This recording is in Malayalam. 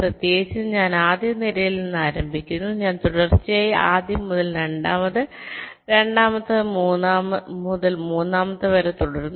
പ്രത്യേകിച്ചും ഞാൻ ആദ്യ നിരയിൽ നിന്ന് ആരംഭിക്കുന്നു ഞാൻ തുടർച്ചയായി ആദ്യം മുതൽ രണ്ടാമത് രണ്ടാമത്തേത് മുതൽ മൂന്നാമത്തേത് വരെ തുടരുന്നു